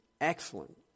excellent